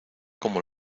como